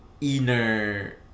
inner